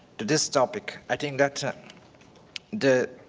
to this topic, i think that the